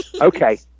Okay